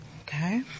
Okay